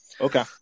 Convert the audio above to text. Okay